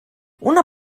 una